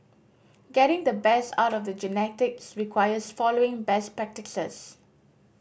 getting the best out of the genetics requires following best practices